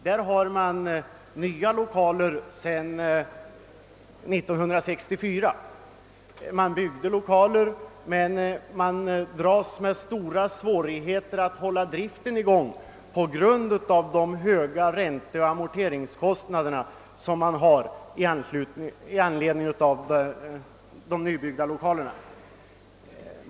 Man har där nya lokaler sedan 1964, men man dras nu med stora svårigheter att hålla driften i gång på grund av de höga ränteoch amorteringskostnaderna i anledning av de nybyggda lokalerna.